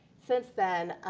since then,